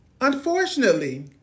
Unfortunately